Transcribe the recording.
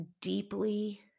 deeply